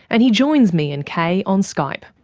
and he joins me and kay on skype.